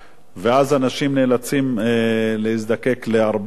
ואז אנשים נאלצים להזדקק להרבה כספים,